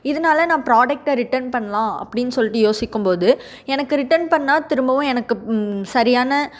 இதனால நான் ப்ராடக்ட்டை ரிட்டர்ன் பண்ணலாம் அப்படினு சொல்லிட்டு யோசிக்கும்போது எனக்கு ரிட்டர்ன் பண்ணா திரும்பவும் எனக்கு சரியான